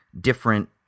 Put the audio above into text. different